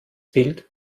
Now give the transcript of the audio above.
bild